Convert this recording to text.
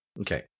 Okay